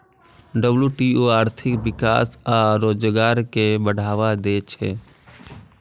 WTO आर्थिक विकास आ रोजगार कें बढ़ावा दै छै